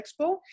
Expo